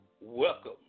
Welcome